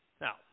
Now